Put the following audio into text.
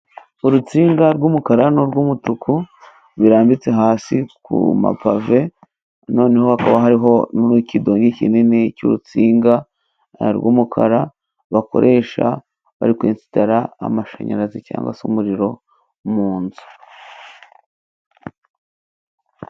Urutsinga rw'umukara n'urwumutuku，birambitse hasi ku mapave，noneho hakaba hariho n'ikidongi kinini cy'urutsinga rw'umukara，bakoresha bari kwesitara amashanyarazi，cyangwa se umuriro mu nzu.